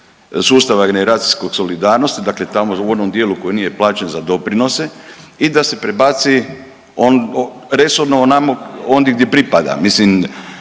sustava generacijske solidarnosti, dakle tamo u onom dijelu koji nije plaćen za doprinose i da se prebaci resorno onamo ondje gdje pripada. Mislim